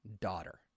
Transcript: daughter